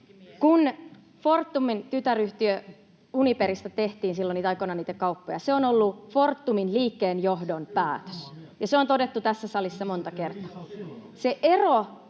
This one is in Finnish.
Kun Fortumin tytäryhtiö Uniperista tehtiin silloin aikoinaan niitä kauppoja, se on ollut Fortumin liikkeenjohdon päätös ja se on todettu tässä salissa monta kertaa.